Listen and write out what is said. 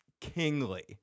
kingly